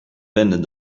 binnen